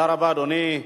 תודה רבה, אדוני.